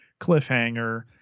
cliffhanger